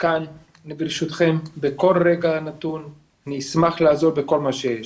כאן לרשותכם בכל רגע נתון ואני אשמח לעזור בכל מה שיש.